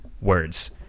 words